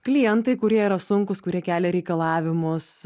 klientai kurie yra sunkūs kurie kelia reikalavimus